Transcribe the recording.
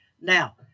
Now